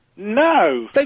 No